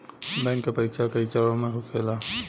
bank के परीक्षा कई चरणों में होखेला